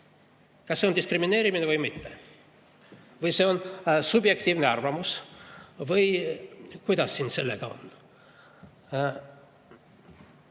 kas see on diskrimineerimine või mitte? Või see on subjektiivne arvamus või kuidas sellega on?